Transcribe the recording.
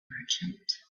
merchant